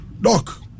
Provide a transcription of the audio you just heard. doc